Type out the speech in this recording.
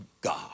God